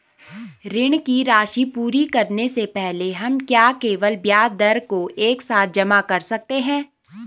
ऋण की राशि पूरी करने से पहले हम क्या केवल ब्याज दर को एक साथ जमा कर सकते हैं?